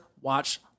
watch